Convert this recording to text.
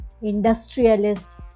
industrialist